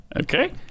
Okay